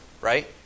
right